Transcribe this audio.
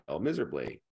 miserably